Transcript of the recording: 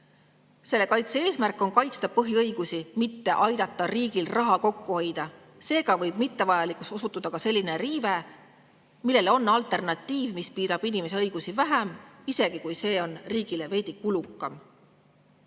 kaitse eesmärk on kaitsta põhiõigusi, mitte aidata riigil raha kokku hoida. Seega võib mittevajalikuks osutuda ka selline riive, millele on alternatiiv, mis piirab inimese õigusi vähem, isegi kui see on riigile veidi kulukam. Näiteks